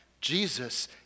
Jesus